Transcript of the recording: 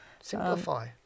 Simplify